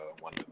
one